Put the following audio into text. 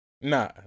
Nah